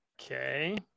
Okay